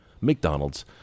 McDonald's